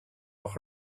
are